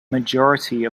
majority